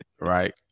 right